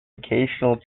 occasional